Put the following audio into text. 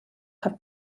have